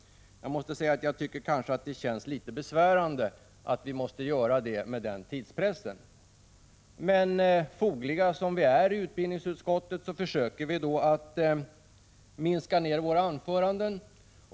Jag måste säga att jag tycker att det känns litet besvärande att vi måste göra det med den tidspressen. Men fogliga som vi är i utbildningsutskottet, försöker vi minska ner våra anföranden.